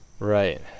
Right